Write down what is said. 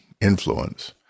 influence